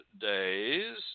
days